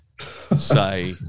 say